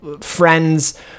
friends